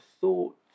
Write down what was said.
thoughts